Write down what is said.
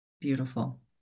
Beautiful